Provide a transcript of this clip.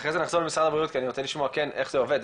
אחרי זה נחזור למשרד הבריאות כי אני רוצה לשמוע איך זה עובד.